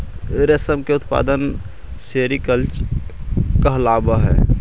रेशम के उत्पादन सेरीकल्चर कहलावऽ हइ